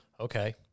Okay